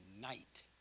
night